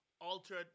altered